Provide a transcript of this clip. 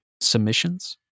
submissions